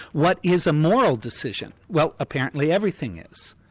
what is a moral decision? well apparently, everything is.